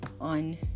on